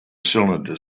cylinder